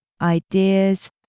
Ideas